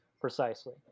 precisely